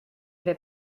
vais